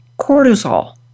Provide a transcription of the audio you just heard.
cortisol